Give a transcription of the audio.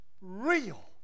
real